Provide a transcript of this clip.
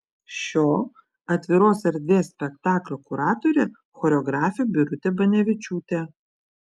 šio atviros erdvės spektaklio kuratorė choreografė birutė banevičiūtė